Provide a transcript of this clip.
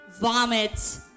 vomit